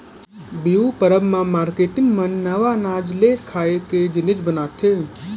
बिहू परब म मारकेटिंग मन नवा अनाज ले खाए के जिनिस बनाथे